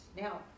Now